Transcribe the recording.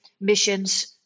missions